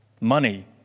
Money